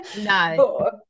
no